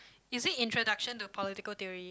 is it introduction to political theory